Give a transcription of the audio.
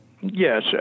Yes